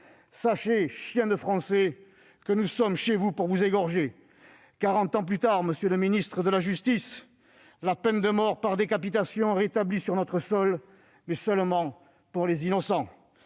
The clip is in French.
Sachez, chiens de Français, que nous sommes chez vous pour vous égorger. » Quarante ans plus tard, monsieur le ministre de la justice, la peine de mort par décapitation est rétablie sur notre sol, mais seulement pour les innocents.